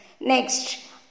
Next